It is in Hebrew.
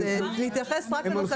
אז להתייחס רק לנושא גבייה.